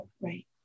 right